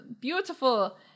beautiful